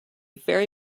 very